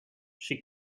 she